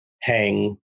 hang